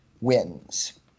wins